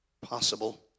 possible